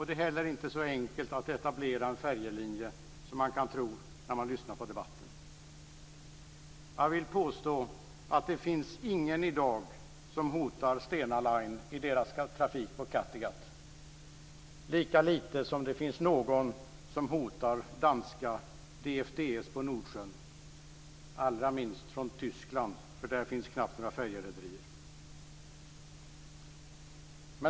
Det är heller inte så enkelt att etablera en färjelinje som man kan tro när man lyssnar på debatten. Jag vill påstå att det inte finns någon som i dag hotar Stena Line i dess trafik på Kattegatt, lika lite som det finns någon om hotar danska DFDS på Nordsjön, allra minst från Tyskland, eftersom det där knappt finns några färjerederier.